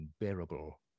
unbearable